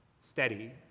steady